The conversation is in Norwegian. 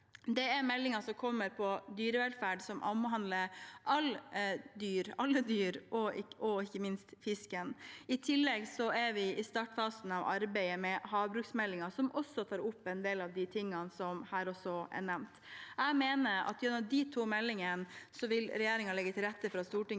Det er meldingen som kommer om dyrevelferd, som omhandler alle dyr og ikke minst fisken, og i tillegg er vi i startfasen av arbeidet med havbruksmeldingen, som også tar opp en del av det som er nevnt her. Jeg mener at gjennom de to meldingene vil regjeringen legge til rette for at Stortinget